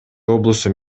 облусу